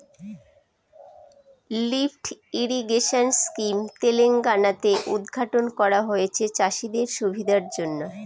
lift irrigation scheme Telangana তে উদ্ঘাটন করা হয়েছে চাষীদের সুবিধার জন্য